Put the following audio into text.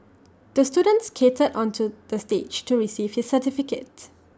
the student skated onto the stage to receive his certificate